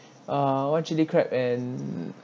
uh one chili crab and